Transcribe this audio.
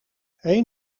één